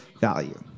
value